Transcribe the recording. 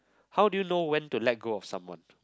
how do you know when to let go of someone